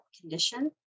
condition